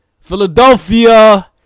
Philadelphia